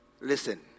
listen